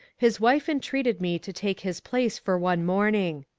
his wife entreated me to take his place for one morning.